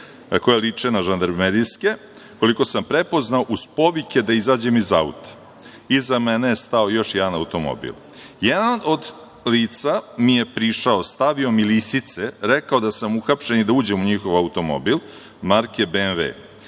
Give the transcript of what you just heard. koje liče na žandarmerijske, koliko sam prepoznao, uz povike da izađem iz auta. Iza mene je stao još jedan automobil. Jedan od lica mi je prišao, stavio mi lisice, rekao da sam uhapšen i da uđem u njihov automobil, marke BMV.